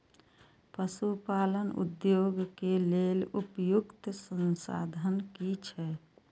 पशु पालन उद्योग के लेल उपयुक्त संसाधन की छै?